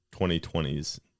2020's